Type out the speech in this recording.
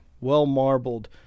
well-marbled